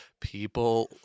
people